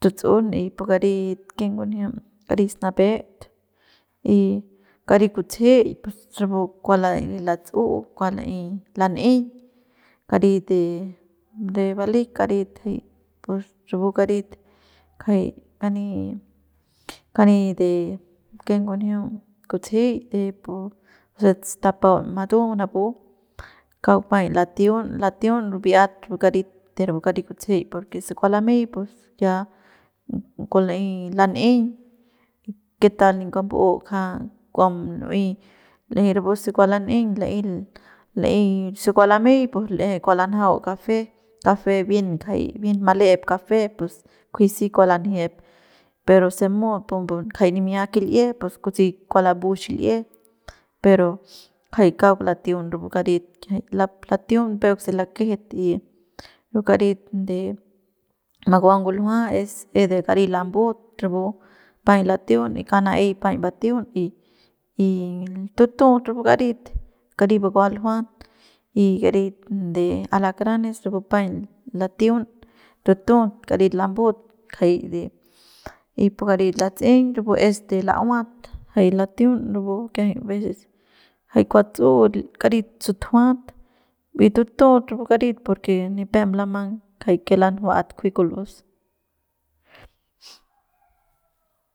tutsun y pu karit ken ngunji karit snapet y kari kutsejeik pus rapu kua la'ey latsu'u kua la'ey lan'eiñ kari de balik karit jay rapu karit kjay kani kani de ken ngunjiu kutsejey de napu se stapau matu napu kauk paiñ latiun latiun bi'iat rapu karit de rapu karit kutsejeik porque se kua lamey pus ya kua la'ey lan'eiñ que tal ni kua mbu'u ja kua lu'uey l'eje rapu se kua lan'eiñ la'ey la'ey se kua lamey l'eje pus kua lanjau café café jay bien kjay bien male'ep café pos kujui si kua lanjiep pero se mu bumbu jay nimia kil'ie pus kutse kua labu xil'ie pero kjay kauk latiun rapu karit kiajay la latiun peuk se lakejet y rapu karit de makua nguljua es de kari labut rapu paiñ latiun ya kauk na'ey paiñ batiun y y tutut rapu karit kari bukuat ljua y karit de alacranes rapu paiñ latiun tutut karit lambut kjay de y pu karit latse'eiñ rapu es de la'uat jay latiun rapu kiajay a veces jay kua tsu'u karit sutjuat y tutut rapu karit porque nipep lamang kjay que lanjuat kunji kul'us.